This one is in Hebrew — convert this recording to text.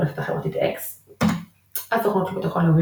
ברשת החברתית אקס הסוכנות לביטחון לאומי,